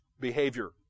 behavior